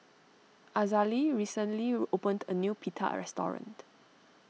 Azalee recently opened a new Pita restaurant